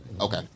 okay